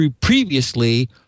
previously